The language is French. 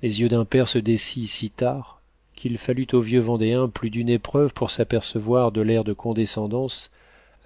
les yeux d'un père se dessillent si tard qu'il fallut au vieux vendéen plus d'une épreuve pour s'apercevoir de l'air de condescendance